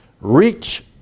reach